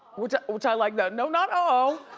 which which i like though. no, not oh-oh,